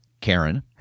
Karen